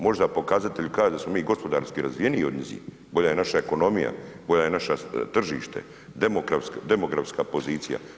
Možda pokazatelji kažu da smo mi gospodarski razvijeniji od njih, bolja je naša ekonomija, bolje je naše tržište, demografska pozicija.